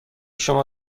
شما